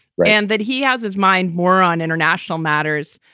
and that he has his mind more on international matters,